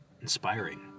inspiring